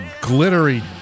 glittery